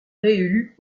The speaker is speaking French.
réélu